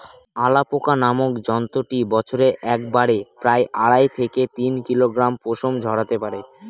alpaca নামক জন্তুটি বছরে একবারে প্রায় আড়াই থেকে তিন কিলোগ্রাম পশম ঝোরাতে পারে